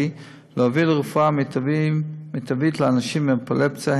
להוביל לרפואה מיטבית לאנשים עם אפילפסיה,